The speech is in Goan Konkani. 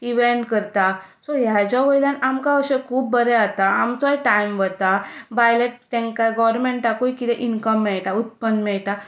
इव्हेंट करता सो हाज्या वयल्यान आमकां अशें खूब बरें जाता आमचोय टायम वता तांका गव्हरमेंटाकूय कितें इन्कम मेळटा उत्पन्न मेळटा